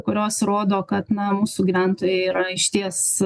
kurios rodo kad na mūsų gyventojai yra išties